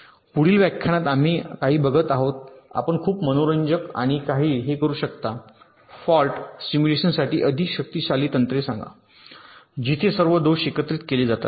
पुढील व्याख्यानात आम्ही काही बघत आहोत आपण खूप मनोरंजक आणि आपण हे करू शकता फॉल्ट सिम्युलेशनसाठी अधिक शक्तिशाली तंत्रे सांगा जिथे सर्व दोष एकत्रित केले जातात